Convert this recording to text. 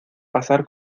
pasar